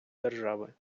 держави